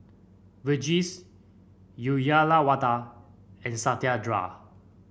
Verghese Uyyalawada and Satyendra